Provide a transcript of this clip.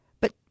But